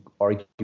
argue